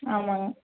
ஆமாங்க